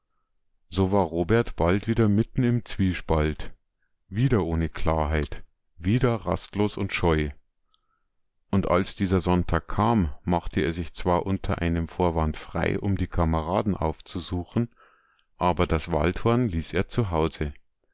so war robert bald wieder mitten im zwiespalt wieder ohne klarheit wieder ratlos und scheu und als dieser sonntag kam machte er sich zwar unter einem vorwand frei um die kameraden aufzusuchen aber das waldhorn ließ er